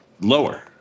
lower